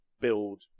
build